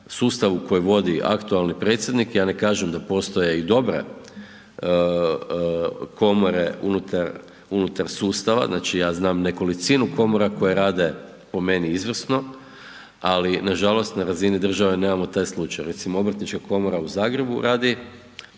sustavu koji vodi aktualni predsjednik, ja ne kažem da postoje i dobre komore unutar sustava, znači ja znam nekolicinu komora koje rade po meni izvrsno ali nažalost na razini države nemamo taj slučaj. Recimo Obrtnička komora u Zagrebu radi